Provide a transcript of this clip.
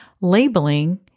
Labeling